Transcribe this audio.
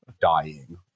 dying